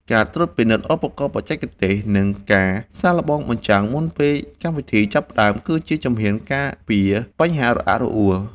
ការត្រួតពិនិត្យឧបករណ៍បច្ចេកទេស និងការសាកល្បងបញ្ចាំងមុនពេលកម្មវិធីចាប់ផ្ដើម គឺជាជំហានការពារបញ្ហារអាក់រអួល។